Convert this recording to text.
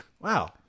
Wow